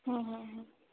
হু হু হু